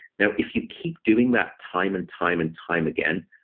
now, if you keep doing that time and time and time again,